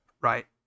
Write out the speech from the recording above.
right